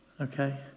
okay